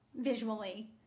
visually